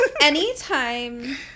anytime